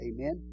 Amen